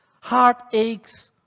Heartaches